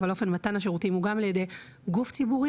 אבל אופן מתן השירותים הוא גם על ידי גוף ציבורי,